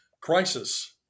crisis